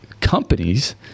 companies